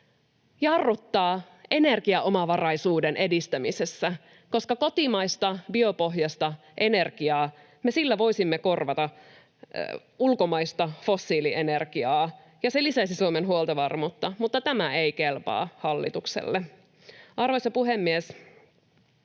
jarruttaa energiaomavaraisuuden edistämisessä. Kotimaisella biopohjaisella energialla me voisimme korvata ulkomaista fossiilienergiaa ja se lisäisi Suomen huoltovarmuutta, mutta tämä ei kelpaa hallitukselle. Arvoisa puhemies!